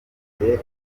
byateye